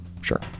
Sure